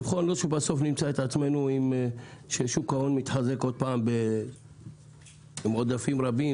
שלא נמצא את עצמנו בסוף במצב ששוק ההון מתחזק עוד פעם עם עודפים רבים,